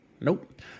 nope